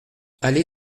allée